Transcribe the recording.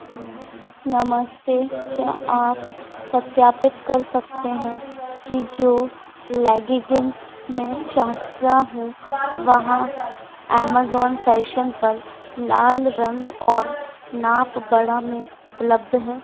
नमस्ते क्या आप सत्यापित कर सकते हैं कि जो लैगिगिंस मैं चाहता हूँ वहाँ एमेजॉन फैशन पर लाल रंग और नाप बड़ा में उपलब्ध है